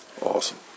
Awesome